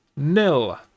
nil